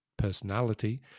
personality